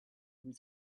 was